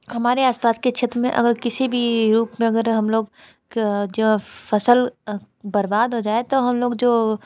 हमारे आसपास के क्षेत्र में अगर किसी भी रूप में अगर हम लोग क जो फ़सल बर्बाद हो जाए तो हम लोग जो